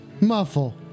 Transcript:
Muffle